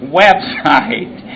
website